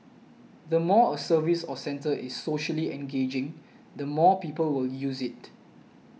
the more a service or centre is socially engaging the more people will use it